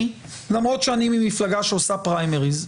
אני למרות שאני מפלגה שעושה פריימריז,